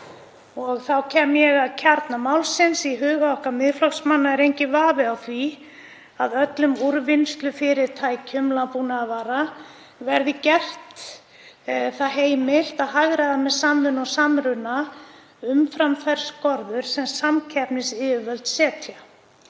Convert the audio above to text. Þá kem ég að kjarna málsins. Í huga okkar Miðflokksmanna er enginn vafi á því að öllum úrvinnslufyrirtækjum landbúnaðarvara verði það gert heimilt að hagræða með samvinnu og samruna umfram þær skorður sem samkeppnisyfirvöld setja.